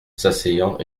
s’asseyant